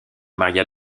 maria